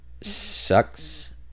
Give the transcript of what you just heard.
sucks